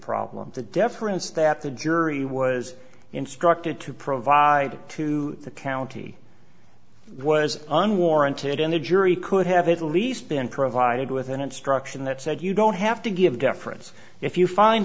problem the deference that the jury was instructed to provide to the county was unwarranted and the jury could have at least been provided with an instruction that said you don't have to give deference if you find